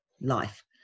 life